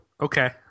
okay